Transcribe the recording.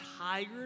tired